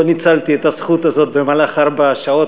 לא ניצלתי את הזכות הזאת במהלך ארבע השעות.